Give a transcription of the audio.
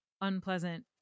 unpleasant